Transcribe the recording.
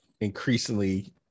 increasingly